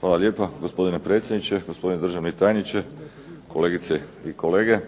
Hvala lijepa gospodine predsjedniče, gospodine državni tajniče, kolegice i kolege.